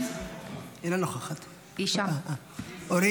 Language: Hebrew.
אינו נוכח עודד פורר,